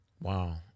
Wow